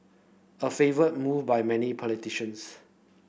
a favoured move by many politicians